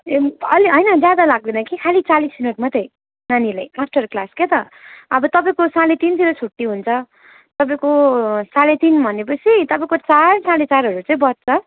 ए अलि होइन ज्यादा लाग्दैन कि खाली चालिस मिनट मात्रै नानीलाई आफ्टर क्लास क्या त अब तपाईँको साढे तिनतिर छुट्टी हुन्छ तपाईँको साढे तिन भनेपछि तपाईँको चार साढे चारहरू चाहिँ बज्छ